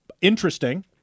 interesting